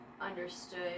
understood